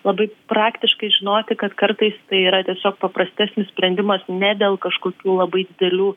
labai praktiškai žinoti kad kartais tai yra tiesiog paprastesnis sprendimas ne dėl kažkokių labai didelių